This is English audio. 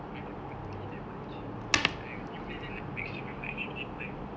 I never even play that much like I only played it like maximum like fifteen times